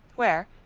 where,